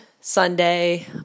Sunday